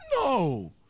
No